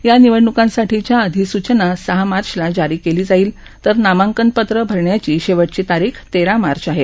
या निवडणूकासांठीच्या अधिसूचना सहा मार्चला जारी केली जाईल तर नामांकनपत्रक अरण्याची शेवटची तारीख तेरा मार्च आहे